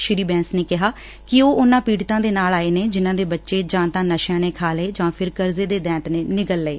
ਸ੍ਰੀ ਬੈਂਸ ਨੇ ਕਿਹਾ ਕਿ ਉਹ ਉਨਾਂ ਪੀੜਤਾਂ ਦੇ ਨਾਲ ਆਏ ਨੇ ਜਿਨ੍ਹਾਂ ਦੇ ਬੱਚੇ ਜਾਂ ਤਾਂ ਨਸ਼ਿਆਂ ਨੇ ਖਾ ਲਏ ਜਾਂ ਫਿਰ ਕਰਜ਼ੇ ਦੇ ਦੈਂਤ ਨੇ ਨਿਗਲ ਲਏ